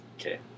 Okay